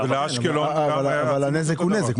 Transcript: אבל הנזק הוא נזק.